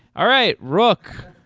all right, rook.